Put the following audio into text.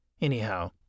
anyhow